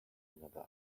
another